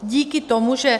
Díky tomu, že...